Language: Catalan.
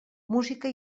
música